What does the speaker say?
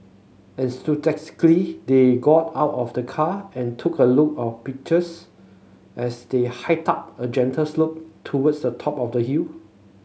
enthusiastically they got out of the car and took a lot of pictures as they hiked up a gentle slope towards the top of the hill